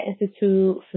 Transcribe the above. Institute